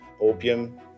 Opium